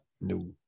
No